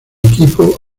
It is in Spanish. equipo